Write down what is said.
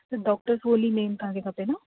doctor सोल ई मेन तव्हांखे खपे न